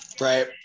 Right